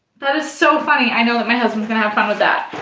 that is so funny. i know that my husband's gonna have fun with that.